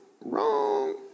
wrong